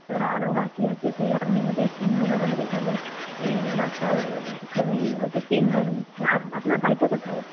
এবারে আরও বাকি আছে সেই আপনি বোধহয় চিনবেন আমাদের এখানে ওই মাস্টার ফ্যামিলি হয়তো চিনবেন আপ আপনার বাড়িটা কোথায়